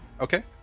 Okay